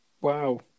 Wow